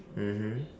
mmhmm